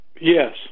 Yes